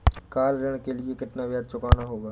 Car ऋण के लिए कितना ब्याज चुकाना होगा?